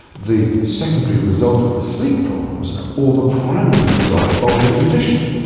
the secondary result of the sleep problems or the primary result of the condition?